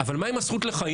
אבל מה עם הזכות לחיים?